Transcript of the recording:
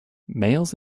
males